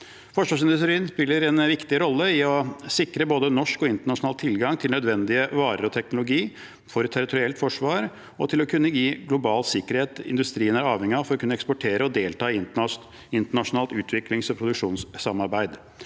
Forsvarsindustrien spiller en viktig rolle i å sikre både norsk og internasjonal tilgang til nødvendige varer og teknologi for territorielt forsvar og til å kunne gi global sikkerhet. Industrien er avhengig av å kunne eksportere og delta i internasjonalt utviklings- og produksjonssamarbeid.